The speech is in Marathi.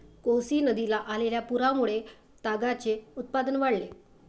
कोसी नदीला आलेल्या पुरामुळे तागाचे उत्पादन वाढले